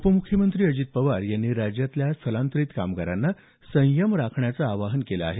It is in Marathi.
उपम्ख्यमंत्री अजित पवार यांनी राज्यातल्या स्थलांतरित कामगारांना संयम राखण्याचं आवाहन केलं आहे